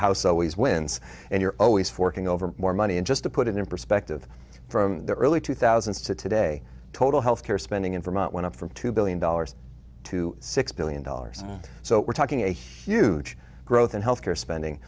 house always wins and you're always forking over more money in just to put it in perspective from the early two thousand to today total health care spending in from out one up from two billion dollars to six billion dollars so we're talking a huge growth in health care spending